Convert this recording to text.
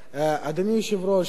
אדוני היושב-ראש,